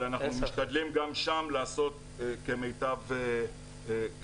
אבל אנחנו משתדלים גם שם לעשות כמיטב יכולתנו.